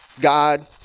God